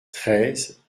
treize